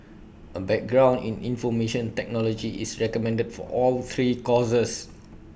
A background in information technology is recommended for all three courses